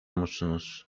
musunuz